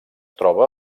troba